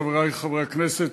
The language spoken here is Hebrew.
חברי חברי הכנסת,